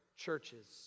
Churches